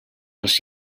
els